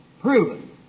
proven